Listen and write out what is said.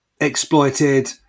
exploited